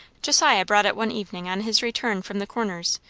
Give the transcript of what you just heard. josiah brought it one evening on his return from the corners,